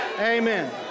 Amen